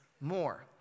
more